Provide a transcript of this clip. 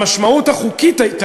המשמעות החוקית,